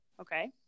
okay